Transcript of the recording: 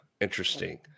Interesting